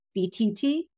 BTT